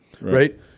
right